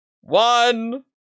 one